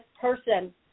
person